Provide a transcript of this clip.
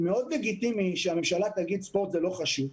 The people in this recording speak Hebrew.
מאוד לגיטימי שהמדינה תגיד שספורט זה לא חשוב.